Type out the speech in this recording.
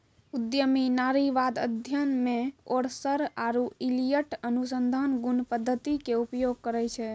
उद्यमी नारीवाद अध्ययन मे ओरसर आरु इलियट अनुसंधान गुण पद्धति के उपयोग करै छै